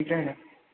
ठीक रहेगा